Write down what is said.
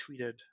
tweeted